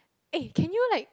eh can you like